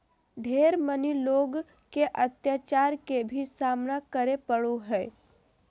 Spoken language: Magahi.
ढेर मनी लोग के अत्याचार के भी सामना करे पड़ो हय